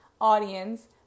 audience